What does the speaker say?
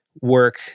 Work